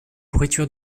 pourriture